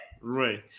Right